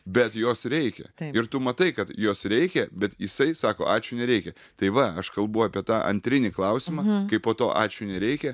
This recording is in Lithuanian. bet jos reikia ir tu matai kad jos reikia bet jisai sako ačiū nereikia tai va aš kalbu apie tą antrinį klausimą kaip po to ačiū nereikia